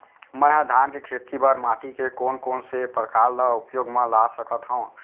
मै ह धान के खेती बर माटी के कोन कोन से प्रकार ला उपयोग मा ला सकत हव?